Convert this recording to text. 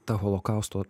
ta holokausto